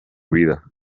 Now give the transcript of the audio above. vida